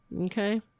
Okay